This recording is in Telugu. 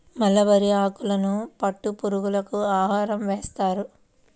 మలబరీ ఆకులను పట్టు పురుగులకు ఆహారంగా వేస్తారు